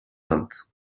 peintes